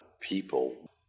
people